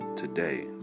Today